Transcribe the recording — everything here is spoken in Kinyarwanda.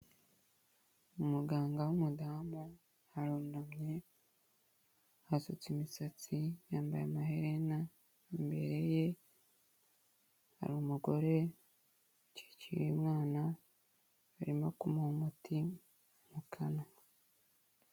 Umuganga w'umudamu arunamye asutse imisatsi yambaye amaherena, imbere ye hari umugore ukikiye umwana arimo kumuha umuti mu kanwa.